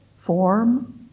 form